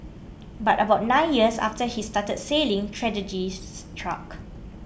but about nine years after he started sailing tragedy struck